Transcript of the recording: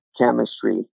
chemistry